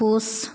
खुश